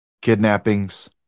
Kidnappings